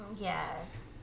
Yes